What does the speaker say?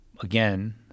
again